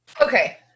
Okay